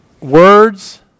words